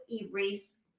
erase